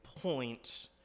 point